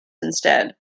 instead